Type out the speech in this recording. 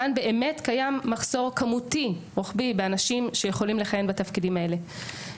כאן באמת קיים מחסור כמותי רוחבי באנשים שיכולים לכהן בתפקידים הללו.